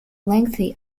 lengthy